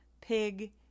pig